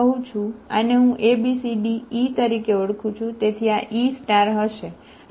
આને હું A B C D E તરીકે ઓળખું છું તેથી આ Eહશે બરાબર